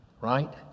right